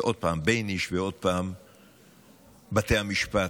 עוד פעם בייניש, עוד פעם בתי המשפט.